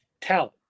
talent